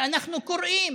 ואנחנו קוראים